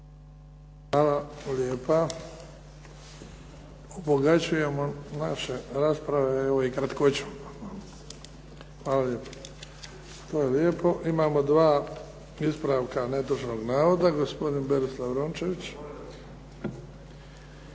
Hvala lijepa. Obogaćujemo naše rasprave evo i kratkoćom. Hvala lijepo. Imamo dva ispravka netočnog navoda, gospodin Berisla Rončević. **Rončević,